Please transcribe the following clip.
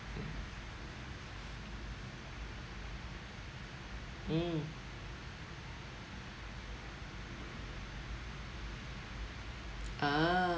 mm ah